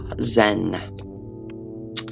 zen